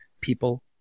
people